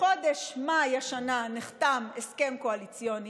בחודש מאי השנה נחתם הסכם קואליציוני,